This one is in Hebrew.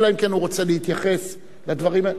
אלא אם כן הוא רוצה להתייחס לדברים האלה.